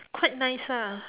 quite nice ah